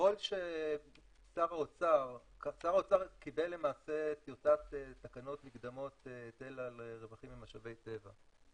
שר האוצר קיבל למעשה טיוטת תקנות מקדמות היטל על רווחים ממשאבי טבע,